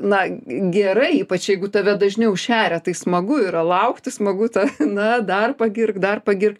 na gerai ypač jeigu tave dažniau šeria tai smagu yra laukti smagu ta na dar pagirk dar pagirk